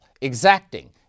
exacting